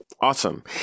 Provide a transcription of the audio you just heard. Awesome